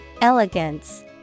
elegance